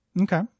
okay